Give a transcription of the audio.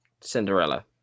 Cinderella